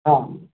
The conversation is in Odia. ହଁ